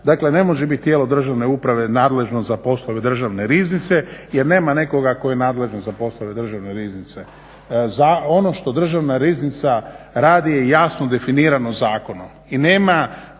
Dakle ne može bit tijelo državne uprave nadležno za poslove Državne riznice jer nema nekoga tko je nadležan za poslove Državne riznice. Ono što Državna riznica radi je jasno definirano zakonom